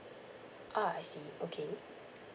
ah I see okay